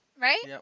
right